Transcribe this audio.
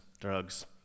drugs